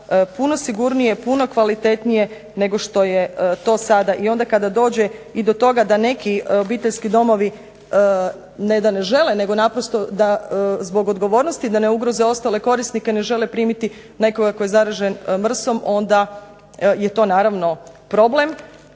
puno sigurnije, puno kvalitetnije nego što je to sada. I onda kada dođe i do toga da neki obiteljski domovi ne da ne žele nego naprosto da zbog odgovornosti da ne ugroze ostale korisnike ne žele primiti nekoga tko je zaražen MRSA-om onda je to naravno problem.